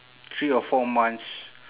three or four months